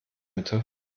mitte